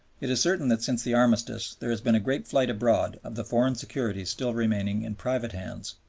it is certain that since the armistice there has been a great flight abroad of the foreign securities still remaining in private hands.